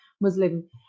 Muslim